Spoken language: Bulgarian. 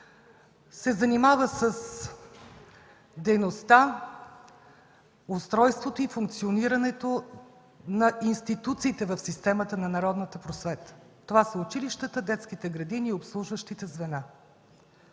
се занимава с дейността, устройството и функционирането на институциите в системата на народната просвета. Това са училищата, детските градини и обслужващите звена.